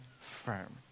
firm